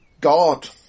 God